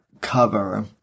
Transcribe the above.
cover